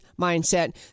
mindset